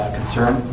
concern